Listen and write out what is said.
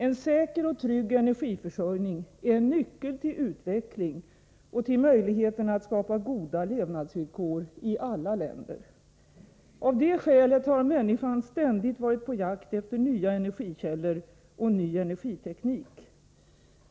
En säker och trygg energiförsörjning är en nyckel till utveckling och till möjligheten att skapa goda levnadsvillkor i alla länder. Av det skälet har människan ständigt varit på jakt efter nya energikällor och ny energiteknik.